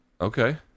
Okay